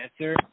answer